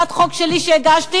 הצעת חוק שלי שהגשתי,